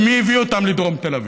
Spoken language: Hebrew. ומי הביא אותם לדרום תל אביב?